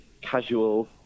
casual